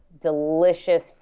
delicious